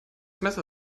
messer